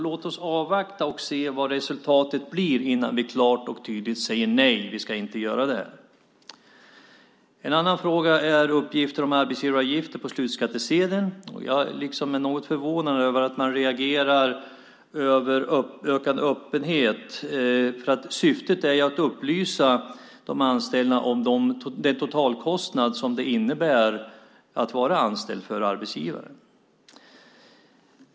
Låt oss därför avvakta och se vad resultatet blir innan vi klart och tydligt säger: Nej, vi ska inte göra det här. En annan fråga är uppgifter om arbetsgivaravgifter på slutskattsedeln. Jag är något förvånad över att man reagerar över ökad öppenhet. Syftet är att upplysa de anställda om den totalkostnad som det innebär för arbetsgivaren att ha en anställd.